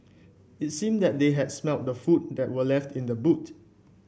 it seemed that they had smelt the food that were left in the boot